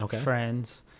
friends